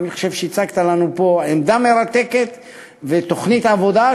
ואני חושב שהצגת לנו פה עמדה מרתקת ותוכנית עבודה,